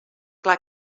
clar